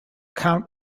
count